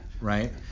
right